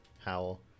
howl